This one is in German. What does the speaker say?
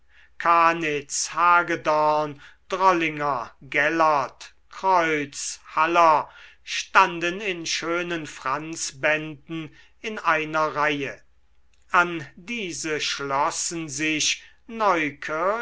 drollinger gellert creuz haller standen in schönen franzbänden in einer reihe an diese schlossen sich